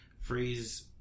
phrase